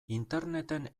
interneten